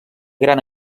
gran